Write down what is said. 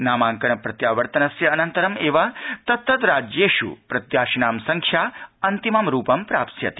नामांकन प्रत्यावर्तनस्य अनन्तरम् एव तत्तद राज्येष् प्रत्याशिनां संख्या अंतिमं रूपं प्राप्स्यति